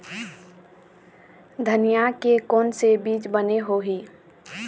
धनिया के कोन से बीज बने होही?